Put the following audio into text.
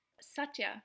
Satya